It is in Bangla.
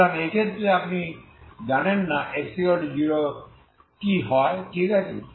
সুতরাং এই ক্ষেত্রে আপনি ঠিক জানেন না x0এ কি হয় ঠিক আছে